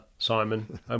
Simon